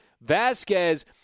Vasquez